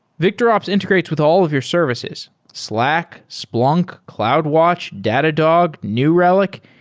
victorops integrates with all of your services slack, splunk, cloudwatch, datadog, new relic,